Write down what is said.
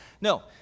No